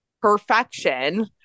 perfection